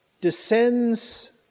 descends